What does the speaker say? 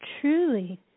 Truly